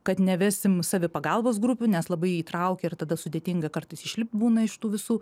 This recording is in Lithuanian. kad nevesim savipagalbos grupių nes labai įtraukia ir tada sudėtinga kartais išlipt būna iš tų visų